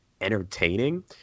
entertaining